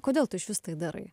kodėl tu išvis tai darai